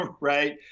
right